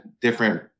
different